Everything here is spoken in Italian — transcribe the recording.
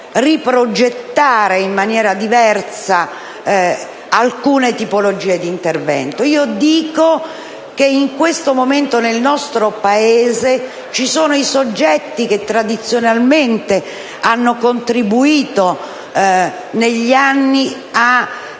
riprogettare in maniera diversa alcune tipologie di intervento. In questo momento nel nostro Paese sono presenti soggetti che tradizionalmente hanno contribuito negli anni a